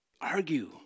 argue